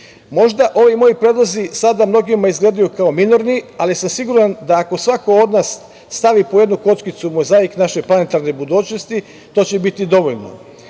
čini. Možda ovi moji predlozi sada mnogima izgledaju kao minorni, ali sam siguran da ako svako od nas stavi po jednu kockicu u mozaik naše planetarne budućnosti, to će biti dovoljno. Ja